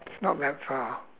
it's not that far